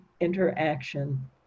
interaction